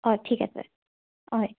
অ ঠিক আছে হয়